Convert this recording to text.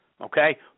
Okay